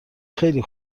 خیلی